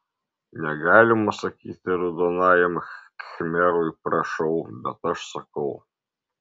negalima sakyti raudonajam khmerui prašau bet aš sakau